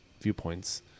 viewpoints